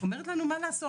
אומרת לנו מה לעשות,